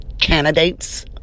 candidates